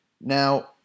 Now